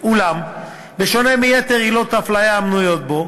אולם בשונה מיתר עילות ההפליה המנויות בו,